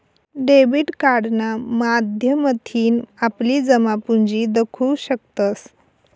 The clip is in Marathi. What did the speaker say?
डेबिट कार्डना माध्यमथीन आपली जमापुंजी दखु शकतंस